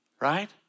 Right